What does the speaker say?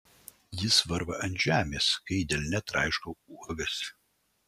jis varva ant žemės kai delne traiškau uogas